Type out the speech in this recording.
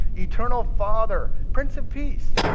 eternal father, prince of peace.